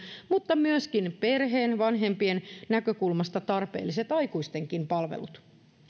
mutta myöskin perheen vanhempien näkökulmasta tarpeelliset aikuistenkin palvelut